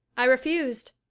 i refused,